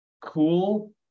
cool